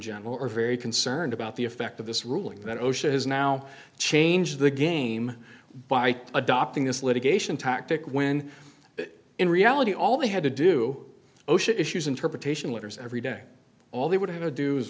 general are very concerned about the effect of this ruling that osha has now changed the game by adopting this litigation tactic when in reality all they had to do osha issues interpretation letters every day all they would have to do is